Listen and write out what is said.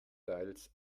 teils